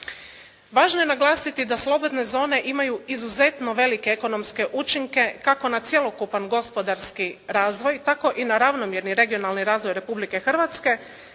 Važno je naglasiti da slobodne zone imaju izuzetno velike ekonomske učinke kako na cjelokupan gospodarski razvoj, tako i na ravnomjerni regionalni razvoj Republike Hrvatske